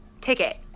ticket